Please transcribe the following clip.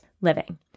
living